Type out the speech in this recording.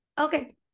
Okay